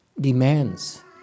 demands